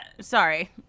Sorry